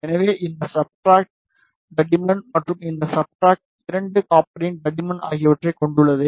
எனவே இது சப்ஸ்ட்ராட் தடிமன் மற்றும் இந்த சப்ஸ்ட்ராட் இரண்டு காப்பரின் தடிமன் ஆகியவற்றைக் கொண்டுள்ளது